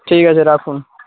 ঠিক আছে রাখুন